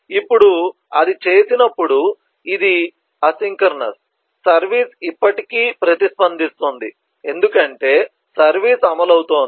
ఇప్పుడు అది చేసినప్పుడు ఇది అసింక్రోనస్ సర్వీస్ ఇప్పటికీ ప్రతిస్పందిస్తుంది ఎందుకంటే సర్వీస్ అమలు అవుతోంది